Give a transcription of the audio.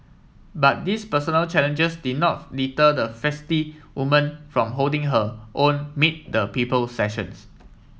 but these personal challenges did not deter the feisty woman from holding her own meet the people sessions